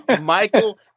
Michael